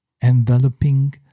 enveloping